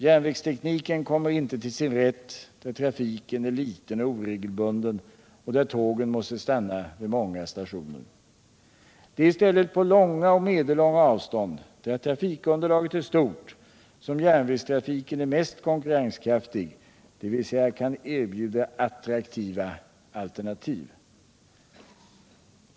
Järnvägstekniken kommer inte till sin rätt där trafiken är liten och oregelbunden och där tågen måste stanna vid många stationer. Det är i stället på långa och medellånga avstånd där trafikunderlaget är stort som järnvägstrafiken är mest konkurrenskraftig, dvs. kan erbjuda attraktiva alternativ.